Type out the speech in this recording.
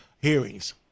hearings